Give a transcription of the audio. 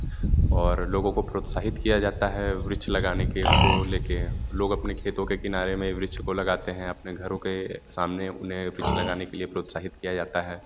और लोगो को प्रोत्साहित किया जाता है वृक्ष लगाने के को लेकर लोग अपने खेतों के किनारे में वृक्ष को लगाते हैं अपने घरों के सामने उन्हें वृक्ष लगाने के लिए प्रोत्साहित किया जाता है